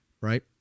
right